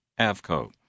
AVCO